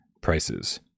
prices